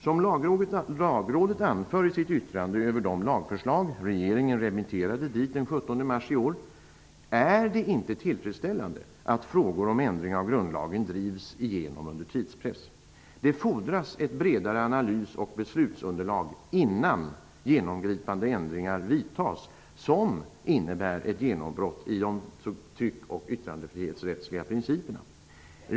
Som Lagrådet anför i sitt yttrande över de lagförslag som regeringen remitterade dit den 17 mars i år är det inte tillfredsställande att frågor om ändring av grundlag drivs under tidspress. Det fordras ett bredare analys och beslutsunderlag, innan genomgripande ändringar vidtas som innebär ett genombrott i de tryck och yttrandefrihetsrättsliga principerna.